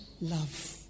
love